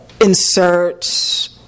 insert